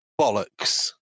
bollocks